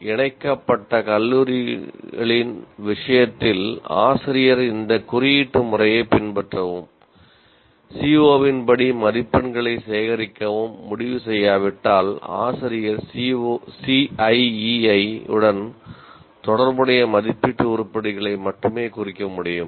இணைக்கப்பட்ட கல்லூரிகளின் விஷயத்தில் ஆசிரியர் இந்த குறியீட்டு முறையைப் பின்பற்றவும் CO இன் படி மதிப்பெண்களை சேகரிக்கவும் முடிவு செய்யாவிட்டால் ஆசிரியர் CIE உடன் தொடர்புடைய மதிப்பீட்டு உருப்படிகளை மட்டுமே குறிக்க முடியும்